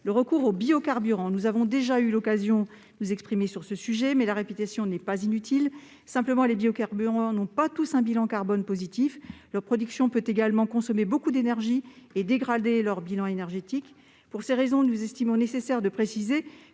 le recours aux biocarburants. Nous avons déjà eu l'occasion de nous exprimer sur le sujet, mais la répétition n'est pas inutile. Tous les biocarburants n'ont pas un bilan carbone positif. Leur production peut également consommer beaucoup d'énergie et dégrader leur bilan énergétique. Pour ces raisons, nous estimons nécessaire de préciser